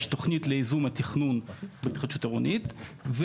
תוכנית לייזום התכנון בהתחדשות עירונית.